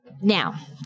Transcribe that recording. now